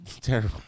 Terrible